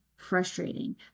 frustrating